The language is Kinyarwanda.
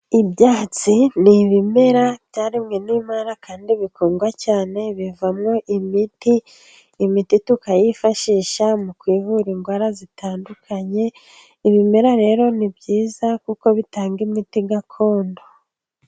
Ibyatsi ni ibimera byaremwe n'Imana kandi bikundwa cyane bivamo imiti, imiti tukayifashisha mu kuvura indwara zitandukanye, ibimera rero ni byiza kuko bitanga imiti gakondo.